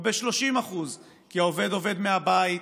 או ב-30%, כי העובד עובד מהבית,